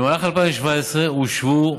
במהלך 2017 הושבו